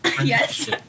Yes